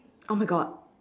oh my god